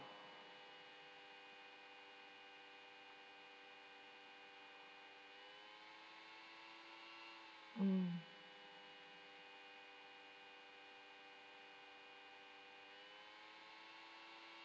mm